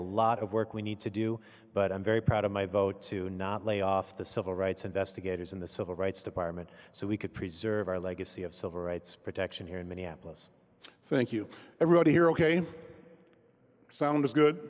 a lot of work we need to do but i'm very proud of my vote to not lay off the civil rights investigators in the civil rights department so we could preserve our legacy of civil rights protection here in minneapolis so thank you i wrote a hero harry sounds good